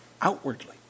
outwardly